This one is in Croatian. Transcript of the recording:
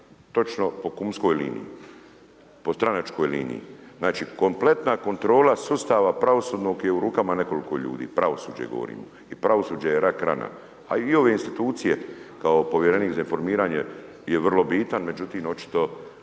točno po kumskoj liniji, po stranačkoj liniji. Znači kompletna kontrola sustava pravosudnog je u rukama nekoliko ljudi, pravosuđe govorimo. I pravosuđe je rak rana. A i ove institucije kao povjerenik za informiranje je vrlo bitan, međutim očito